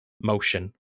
motion